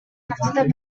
ноцтой